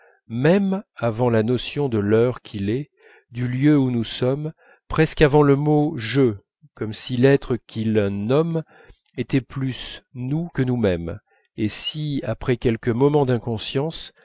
même avant la notion de l'heure qu'il est du lieu où nous sommes presque avant le mot je comme si l'être qu'il nomme était plus nous que nous-même et comme si après quelques moments d'inconscience